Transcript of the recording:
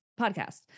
podcast